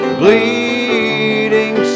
bleeding